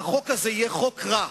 והחוק הזה יהיה חוק רע,